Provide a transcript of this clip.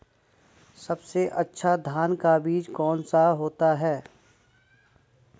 सबसे अच्छा धान का बीज कौन सा होता है?